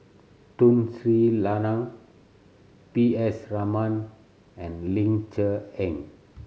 Tun Sri Lanang P S Raman and Ling Cher Eng